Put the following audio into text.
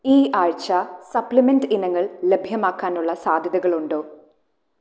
ഈ ആഴ്ച സപ്ലിമെൻറ് ഇനങ്ങൾ ലഭ്യമാക്കാനുള്ള സാധ്യതകളുണ്ടോ